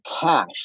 cash